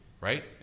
Right